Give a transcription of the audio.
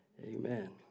Amen